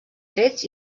trets